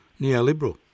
neoliberal